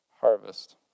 harvest